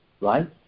right